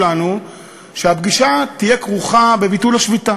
לנו שהפגישה תהיה כרוכה בביטול השביתה,